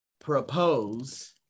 propose